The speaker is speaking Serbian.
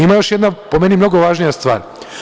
Ima još jedna, po meni mnogo važnija stvar.